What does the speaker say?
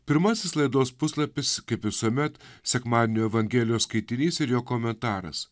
pirmasis laidos puslapis kaip visuomet sekmadienio evangelijos skaitinys ir jo komentaras